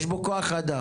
יש בו כוח אדם.